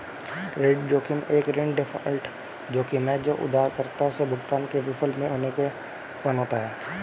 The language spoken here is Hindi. क्रेडिट जोखिम एक ऋण डिफ़ॉल्ट जोखिम है जो उधारकर्ता से भुगतान करने में विफल होने से उत्पन्न होता है